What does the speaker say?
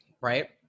Right